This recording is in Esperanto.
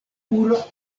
pura